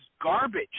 garbage